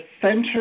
Center